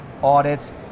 Audits